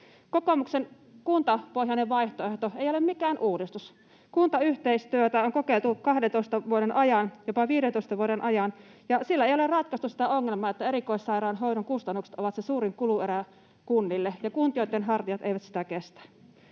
Kokoomuksen kuntapohjainen vaihtoehto ei ole mikään uudistus. Kuntayhteistyötä on kokeiltu 12 vuoden ajan, jopa 15 vuoden ajan, ja sillä ei ole ratkaistu sitä ongelmaa, että erikoissairaanhoidon kustannukset ovat se suurin kuluerä kunnille ja kuntien hartiat eivät sitä kestä.